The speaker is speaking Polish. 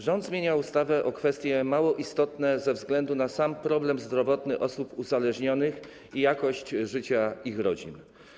Rząd zmienia ustawę w kwestiach mało istotnych ze względu na sam problem zdrowotny osób uzależnionych i jakość życia ich rodzin.